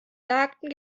sagten